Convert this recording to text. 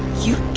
u